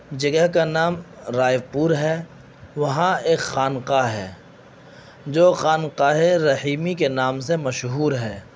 جگہ کا نام رائے پور ہے وہاں ایک خانقاہ ہے جو خانقاہ رحیمی کے نام سے مشہور ہے